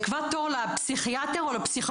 או "קבע לפסיכיאטר או לפסיכולוג,